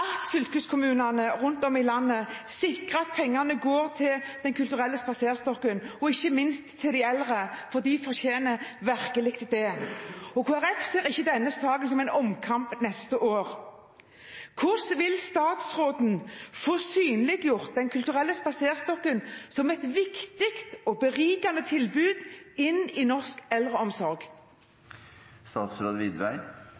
at fylkeskommunene rundt omkring i landet sikrer at pengene går til Den kulturelle spaserstokken, og ikke minst til de eldre. For de fortjener virkelig det. Kristelig Folkeparti ser ikke denne saken som en omkamp neste år. Hvordan vil statsråden få synliggjort Den kulturelle spaserstokken som et viktig og berikende tilbud inn i norsk